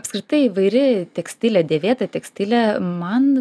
apskritai įvairi tekstilė dėvėta tekstilė man